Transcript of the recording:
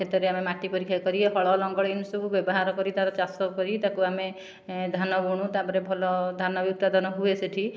କ୍ଷେତରେ ଆମେ ମାଟି ପରୀକ୍ଷା କରି ହଳ ଲଙ୍ଗଳ ଏମିତି ସବୁ ବ୍ୟବହାର କରି ତା'ର ଚାଷ କରି ତାକୁ ଆମେ ଧାନ ବୁଣୁ ତା'ପରେ ଭଲ ଧାନ ବି ଉତ୍ପାଦନ ହୁଏ ସେଠି